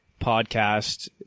podcast